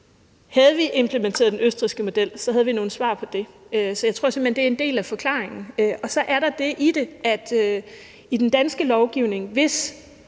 Havde vi implementeret den østrigske model, havde vi nogle svar på det. Så jeg tror simpelt hen, det er en del af forklaringen. Og så er der det i det, at i den danske lovgivning er